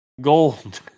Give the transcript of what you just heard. gold